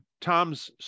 Tom's